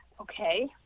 okay